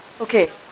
Okay